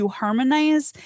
harmonize